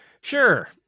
Sure